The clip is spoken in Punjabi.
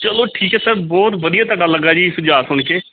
ਚਲੋ ਠੀਕ ਹੈ ਸਰ ਬਹੁਤ ਵਧੀਆ ਤੁਹਾਡਾ ਲੱਗਾ ਜੀ ਸੁਝਾਅ ਸੁਣ ਕੇ